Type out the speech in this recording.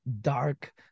dark